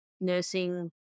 nursing